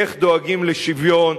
איך דואגים לשוויון,